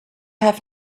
have